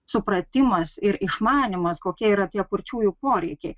supratimas ir išmanymas kokia yra tie kurčiųjų poreikiai